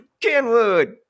Kenwood